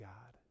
God